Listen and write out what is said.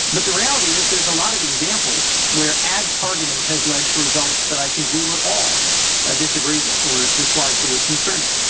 but reality is there's lot of examples where ad targeting has led to results that i think we would all ah disagree with or dislike or would concern us.